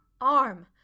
Arm